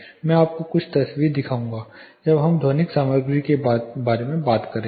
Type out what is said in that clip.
मैं आपको कुछ तस्वीरें दिखाऊंगा जब हम ध्वनिक सामग्री के बारे में बात करेंगे